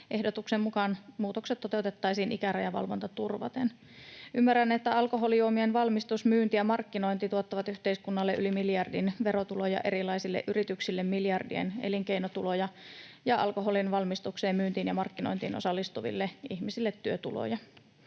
Ehdotuksen mukaan muutokset toteutettaisiin ikärajavalvonta turvaten. Ymmärrän, että alkoholijuomien valmistus, myynti ja markkinointi tuottavat yhteiskunnalle yli miljardin verotuloja, erilaisille yrityksille miljardien elinkeinotuloja ja alkoholin valmistukseen, myyntiin ja markkinointiin osallistuville ihmisille työtuloja.